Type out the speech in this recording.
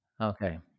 Okay